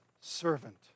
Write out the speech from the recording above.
servant